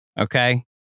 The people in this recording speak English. Okay